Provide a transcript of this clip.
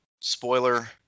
Spoiler